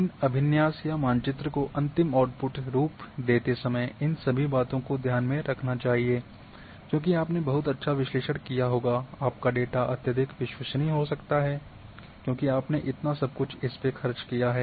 इन अभिन्यास या मानचित्र को अंतिम आउट्पुट रूप देते समय इन सभी बातों को ध्यान में रखना चाहिए क्योंकि आपने बहुत अच्छा विश्लेषण किया होगा आपका डेटा अत्यधिक विश्वसनीय हो सकता है क्योंकि आपने इतना सब कुछ इसपे खर्च किया है